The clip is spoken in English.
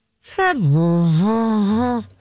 February